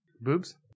Boobs